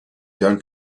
don’t